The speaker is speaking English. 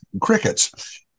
crickets